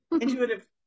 Intuitive